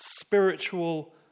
spiritual